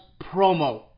promo